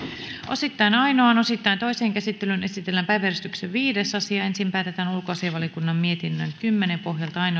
osittain ainoaan osittain toiseen käsittelyyn esitellään päiväjärjestyksen viides asia ensin päätetään ulkoasiainvaliokunnan mietinnön kymmenen pohjalta ainoassa